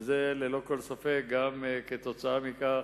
וזה ללא כל ספק גם כתוצאה מכך